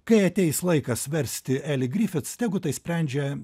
ir kai ateis laikas versti eli grifits tegu tai sprendžia